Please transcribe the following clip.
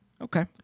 Okay